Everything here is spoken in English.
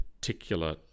particular